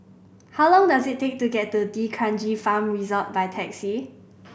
how long does it take to get to D'Kranji Farm Resort by taxi